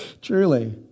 Truly